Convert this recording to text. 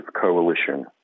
coalition